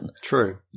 True